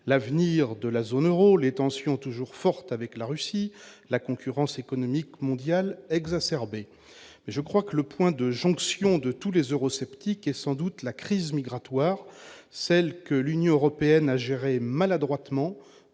l'avenir de la zone Euro, les tensions toujours fortes avec la Russie, la concurrence économique mondiale exacerbée mais je crois que le point de jonction de tous les eurosceptiques, et sans doute la crise migratoire, celle que l'Union européenne a géré maladroitement